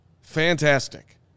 fantastic